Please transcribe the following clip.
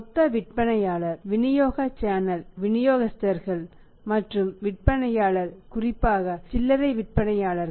மொத்த விற்பனையாளர் விநியோக சேனல் விநியோகஸ்தர்கள் மற்றும் விற்பனையாளர் குறிப்பாக சில்லறை விற்பனையாளர்கள்